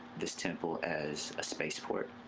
this temple as a space port,